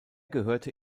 gehörte